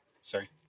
Sorry